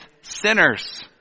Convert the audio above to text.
sinners